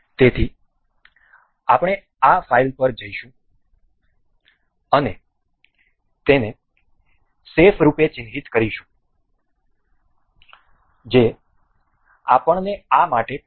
તેથી આપણે આ ફાઇલ પર જઈશું અને તેને સેફ રૂપે ચિહ્નિત કરીશું જે આપણને આ માટે પૂછશે